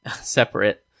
separate